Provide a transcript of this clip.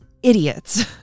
idiots